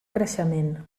creixement